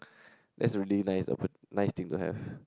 that's a really urban nice thing to have